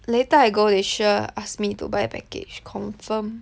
later I go they sure ask me to buy package confirm